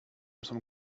some